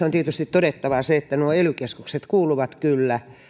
on tietysti todettava se että ely keskukset kuuluvat